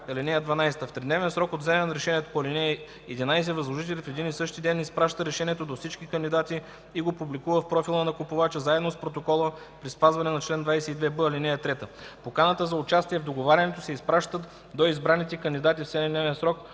„(12) В тридневен срок от вземане на решението по ал. 11 възложителят в един и същи ден изпраща решението до всички кандидати и го публикува в профила на купувача заедно с протокола при спазване на чл. 22б, ал. 3. Поканата за участие в договарянето се изпраща до избраните кандидати в 7-дневен срок,